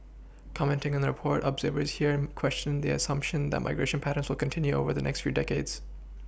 commenting on the report observers here questioned the assumption that migration patterns will continue over the next few decades